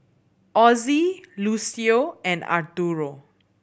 Ozzie Lucio and Arturo